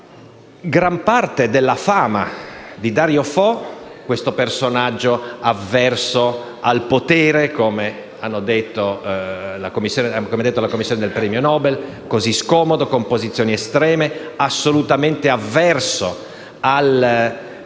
gran parte della fama di Dario Fo, questo personaggio avverso al potere - come lo definì la commissione che assegnò il premio Nobel - così scomodo, con posizioni estreme, assolutamente avverso all'area